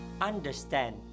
understand